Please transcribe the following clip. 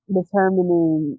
determining